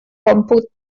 còmput